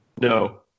No